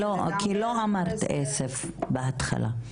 כי לא אמרת אפס בהתחלה.